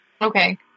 Okay